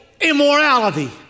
immorality